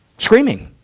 screaming.